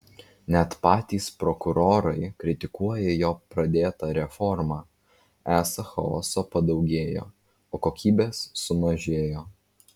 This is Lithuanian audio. net patys prokurorai kritikuoja jo pradėtą reformą esą chaoso padaugėjo o kokybės sumažėjo